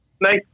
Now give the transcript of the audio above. nice